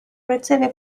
ricevi